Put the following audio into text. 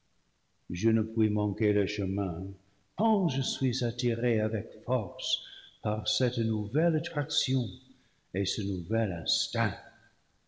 je ne puis manquer le chemin tant je suis attiré avec force par cette nouvelle attraction et ce nouvel instinct